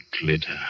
glitter